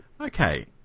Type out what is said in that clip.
Okay